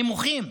נמוכים.